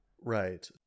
Right